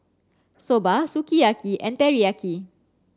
Soba Sukiyaki and Teriyaki